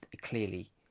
clearly